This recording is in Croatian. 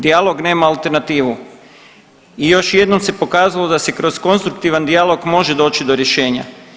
Dijalog nema alternativu i još jednom se pokazalo da se kroz konstruktivan dijalog može doći do rješenja.